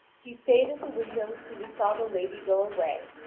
he stayed at the window until he saw the lady go away,